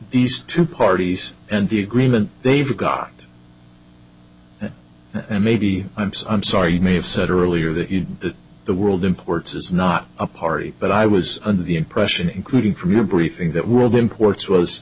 these two parties and the agreement they've got and maybe i'm so sorry you may have said earlier that you the world imports is not a party but i was under the impression including from your briefing that world imports was